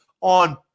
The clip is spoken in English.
on